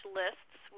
lists